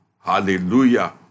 Hallelujah